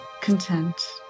content